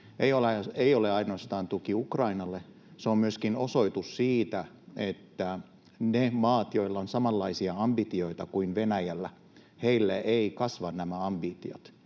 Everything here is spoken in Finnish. ei ole ainoastaan tuki Ukrainalle, se on myöskin osoitus niille maille, joilla on samanlaisia ambitioita kuin Venäjällä, että näillä eivät kasvaisi nämä ambitiot.